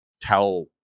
tell